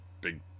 Big